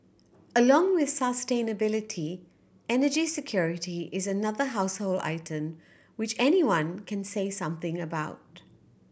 along with sustainability energy security is another household term which anyone can say something about